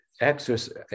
exercise